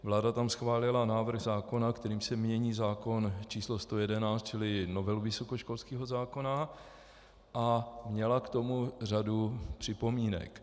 Vláda tam schválila návrh zákona, kterým se mění zákon č. 111, čili novelu vysokoškolského zákona, a měla k tomu řadu připomínek.